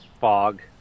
fog